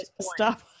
stop